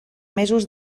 mesos